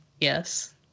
Yes